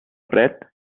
fred